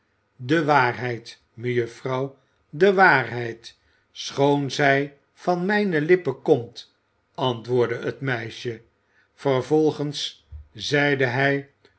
de waarheid mejuffrouw de waarheid schoon zij van mijne lippen komt antwoordde het meisje vervolgens zeide hij